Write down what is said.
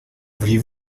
voulez